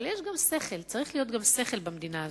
אבל יש גם שכל, צריך להיות גם שכל במדינה הזאת.